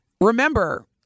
remember